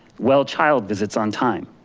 well child visits on time,